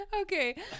Okay